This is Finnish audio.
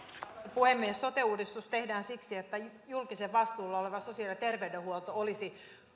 puhemies sote uudistus tehdään siksi että julkisen vastuulla oleva sosiaali ja terveydenhuolto olisi